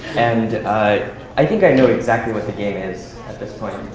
and ah i think i know exactly what the game is at this point.